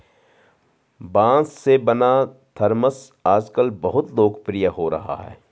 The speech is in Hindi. बाँस से बना थरमस आजकल बहुत लोकप्रिय हो रहा है